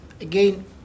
again